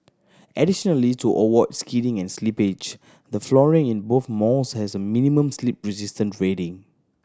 additionally to avoid skidding and slippage the flooring in both malls has a minimum slip resistance rating